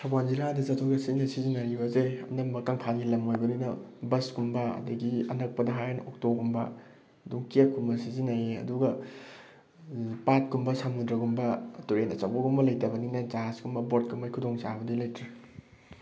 ꯊꯧꯕꯥꯜ ꯖꯤꯂꯥꯗ ꯆꯠꯊꯣꯛ ꯆꯠꯁꯤꯟꯗ ꯁꯤꯖꯤꯟꯕꯔꯤꯕꯁꯦ ꯑꯅꯝꯕꯅ ꯀꯪꯐꯥꯜꯒꯤ ꯂꯝ ꯑꯣꯏꯕꯅꯤꯅ ꯕꯁꯀꯨꯝꯕ ꯑꯗꯒꯤ ꯑꯅꯛꯄꯗ ꯍꯥꯏꯔꯒ ꯑꯣꯇꯣꯒꯨꯝꯕ ꯑꯗꯨꯝ ꯀꯦꯞꯀꯨꯝꯕ ꯁꯤꯖꯤꯟꯅꯩ ꯑꯗꯨꯒ ꯄꯥꯠꯀꯨꯝꯕ ꯁꯃꯨꯗ꯭ꯔꯒꯨꯝꯕ ꯇꯨꯔꯦꯟ ꯑꯆꯧꯕꯒꯨꯝꯕ ꯂꯩꯇꯕꯅꯤꯅ ꯖꯍꯥꯖꯀꯨꯝꯕ ꯕꯣꯠꯀꯨꯝꯕꯩ ꯈꯨꯗꯣꯡꯆꯥꯕꯗꯤ ꯂꯩꯇ꯭ꯔꯦ